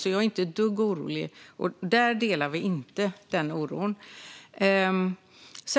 Jag är alltså inte ett dugg orolig. Den oron delar vi inte.